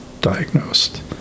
diagnosed